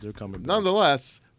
Nonetheless